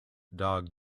dog